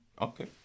okay